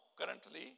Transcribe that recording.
currently